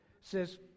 says